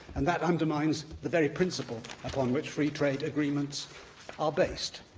and that undermines the very principle upon which free trade agreements are based.